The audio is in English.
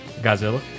Godzilla